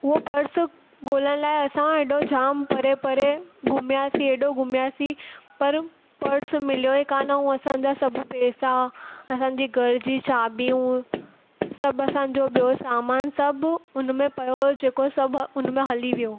उहो पर्स ॻोल्हण लाइ असां एॾो जामु परे परे घुमियासीं हेॾो घुमियासीं पर पर्स मिलियो ई कान हुअ असांजा सब पैसा असांजी घर जी चाॿियूं सभु असांजो ॿियो सामानु सभु उन में पियो जेको सभु उन में हली वियो